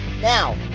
Now